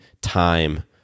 time